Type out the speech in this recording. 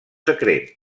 secret